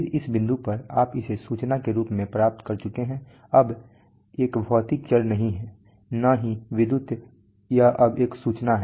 फिर इस बिंदु पर आप इसे सूचना के रूप में प्राप्त कर चुके हैं यह अब एक भौतिक प्रक्रिया चर नहीं है न ही विद्युत यह अब एक सूचना है